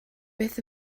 beth